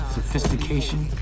sophistication